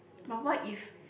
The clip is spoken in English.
but what if